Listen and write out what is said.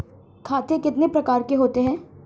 खाते कितने प्रकार के होते हैं?